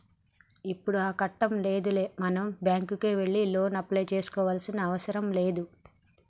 ఇప్పుడు ఆ కట్టం లేదులే మనం బ్యాంకుకే వెళ్లి లోను అప్లై చేసుకోవాల్సిన అవసరం లేదు